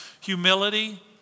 humility